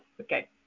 Okay